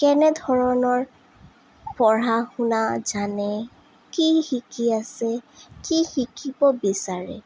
কেনেধৰণৰ পঢ়া শুনা জানে কি শিকি আছে কি শিকিব বিচাৰে